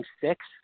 six